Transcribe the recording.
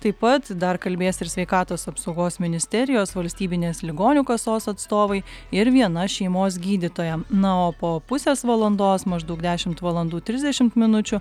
taip pat dar kalbės ir sveikatos apsaugos ministerijos valstybinės ligonių kasos atstovai ir viena šeimos gydytoja na o po pusės valandos maždaug dešimt valandų trisdešimt minučių